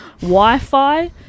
Wi-Fi